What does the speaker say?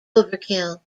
overkill